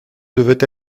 devait